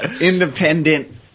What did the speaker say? independent